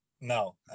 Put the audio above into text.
No